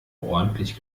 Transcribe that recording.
ordentlich